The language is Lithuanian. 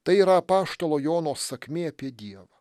tai yra apaštalo jono sakmė apie dievą